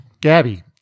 Gabby